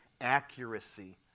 accuracy